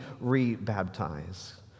re-baptize